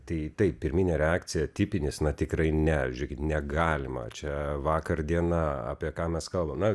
tai taip pirminė reakcija tipinis na tikrai ne žiūrėkit negalima čia vakar diena apie ką mes kalbam na